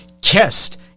kissed